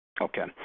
Okay